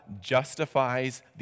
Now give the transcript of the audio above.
justifies